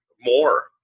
more